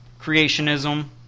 creationism